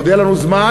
עוד יהיה לנו זמן,